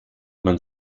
man